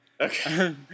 Okay